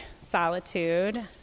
solitude